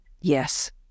Yes